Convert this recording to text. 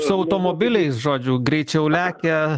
su automobiliais žodžiu greičiau lekia